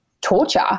torture